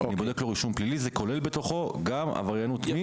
שאני בודק לו רישום פלילי זה כולל בתוכו גם עבריינות מין,